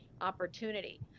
opportunity